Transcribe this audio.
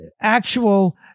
actual